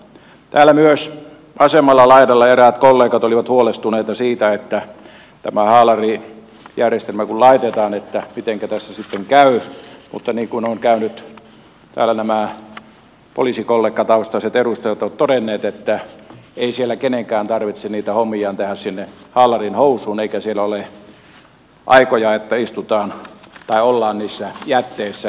täällä vasemmalla laidalla eräät kollegat olivat huolestuneita siitä että kun tämä haalarijärjestelmä laitetaan niin mitenkä tässä sitten käy mutta niin kuin täällä nämä poliisitaustaiset edustajakollegat ovat todenneet niin ei siellä kenenkään tarvitse niitä hommiaan tehdä sinne haalarin housuun eikä siellä ole aikoja että ollaan niissä jätteissä